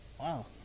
Wow